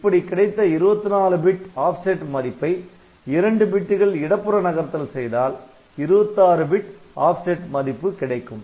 இப்படிக் கிடைத்த 24 bit offset மதிப்பை 2 பிட்டுகள் இடப்புற நகர்த்தல் செய்தால் 26 பிட் ஆப்செட்மதிப்பு கிடைக்கும்